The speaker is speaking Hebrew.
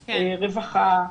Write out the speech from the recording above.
רווחה,